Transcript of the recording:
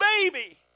baby